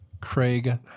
Craig